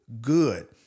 good